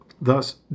Thus